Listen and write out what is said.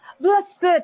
blessed